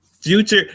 Future